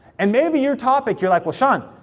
and maybe your topic, you're like, well sean,